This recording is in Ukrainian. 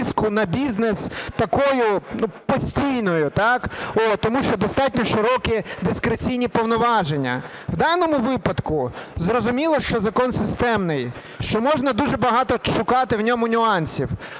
на бізнес такою постійною, так, тому що достатньо широкі дискреційні повноваження. В даному випадку зрозуміло, що закон системний, що можна дуже багато шукати в ньому нюансів,